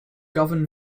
govern